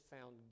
found